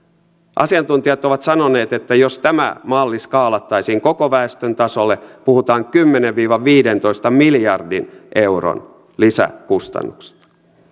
asiantuntijat ovat sanoneet että jos tämä malli skaalattaisiin koko väestön tasolle puhutaan kymmenen viiva viidentoista miljardin euron lisäkustannuksista